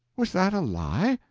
was that a lie?